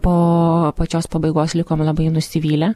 po pačios pabaigos likom labai nusivylę